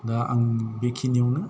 दा आं बेखिनिआवनो